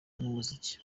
n’umuziki